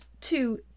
two